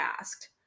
asked